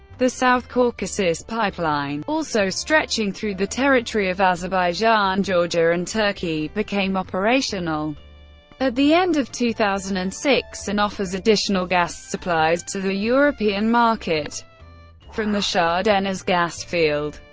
the south caucasus pipeline, also stretching through the territory of azerbaijan, georgia and turkey, became operational at the end of two thousand and six and offers additional gas supplies to the european market from the shah deniz gas field.